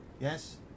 Yes